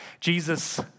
Jesus